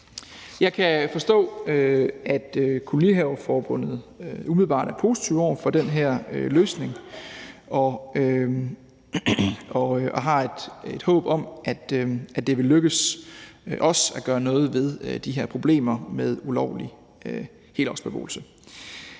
Jeg kan forstå, at Kolonihaveforbundet umiddelbart er positive over for den her løsning og har et håb om, at det vil lykkes os at gøre noget ved de her problemer med ulovlig helårsbeboelse.